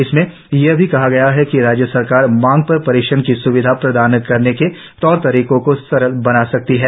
इसमें यह भी कहा गया है कि राज्य सरकारें मांग पर परीक्षण की स्विधा प्रदान करने के तौर तरीकों को सरल बना सकती हैं